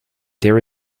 there